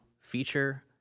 feature